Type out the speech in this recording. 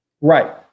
right